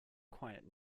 quiet